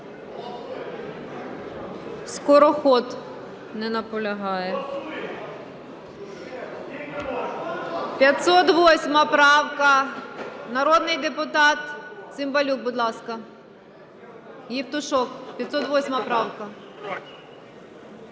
Скороход. Не наполягає. 508 правка, народний депутат Цимбалюк. Будь ласка. Євтушок, 508 правка.